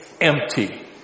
empty